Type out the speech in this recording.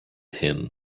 him